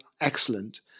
excellent